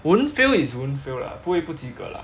wouldn't fail is won't fail lah 不会不及格 lah